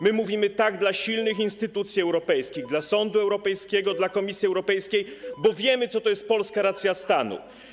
My mówimy: tak dla silnych instytucji europejskich, dla sądu europejskiego, dla Komisji Europejskiej, bo wiemy, co to jest polska racja stanu.